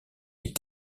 est